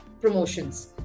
promotions